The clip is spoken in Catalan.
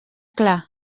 clar